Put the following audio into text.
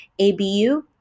abu